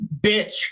Bitch